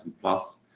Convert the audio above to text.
plus